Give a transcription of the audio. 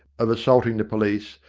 of assaulting the police,